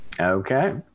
Okay